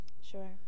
sure